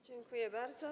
Dziękuję bardzo.